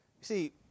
See